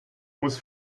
muss